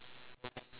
ya